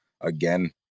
again